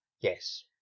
Yes